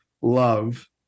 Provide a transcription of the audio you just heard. love